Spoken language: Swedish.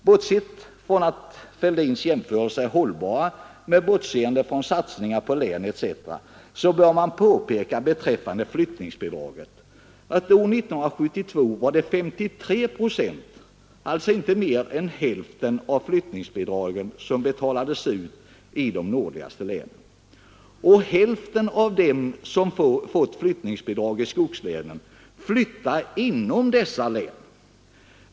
I herr Fälldins jämförelser bortser man från satsningar på län etc., men det bör ändå påpekas beträffande flyttningsbidraget att år 1972 var det 53 procent, alltså inte stort mer än hälften av flyttningsbidraget, som betalades ut i de nordligaste länen. Och hälften av dem som fått flyttningsbidrag i skogslänen har flyttat inom dessa län.